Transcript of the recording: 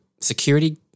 security